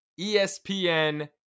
ESPN